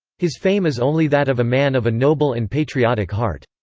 his fame is only that of a man of a noble and patriotic heart.